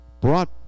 brought